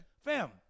Fam